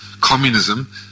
Communism